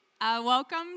Welcome